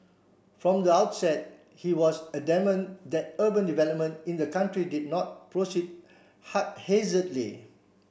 from the outset he was adamant that urban development in the country did not proceed haphazardly